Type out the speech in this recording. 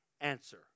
answer